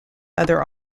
other